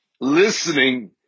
Listening